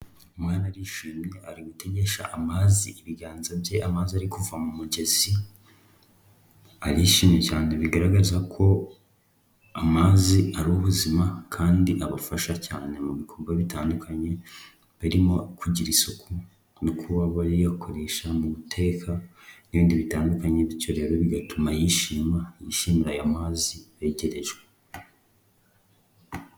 Umwana arishimye, ari gutegesha amazi ibiganza bye amazi ari kuva mu mugezi, arishimye cyane bigaragaza ko amazi ari ubuzima, kandi abafasha cyane mu bikorwa bitandukanye, birimo kugira isuku, no kuba bayakoresha mu guteka n'ibindi bitandukanye, bityo rero bigatuma yishima yishimira aya mazi yegerejwe.